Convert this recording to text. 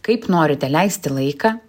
kaip norite leisti laiką